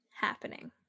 happening